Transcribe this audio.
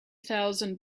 thousand